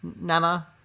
Nana